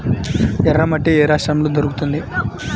ఎర్రమట్టి ఏ రాష్ట్రంలో దొరుకుతుంది?